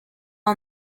and